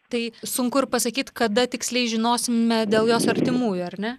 tai sunku ir pasakyt kada tiksliai žinosime dėl jos artimųjų ar ne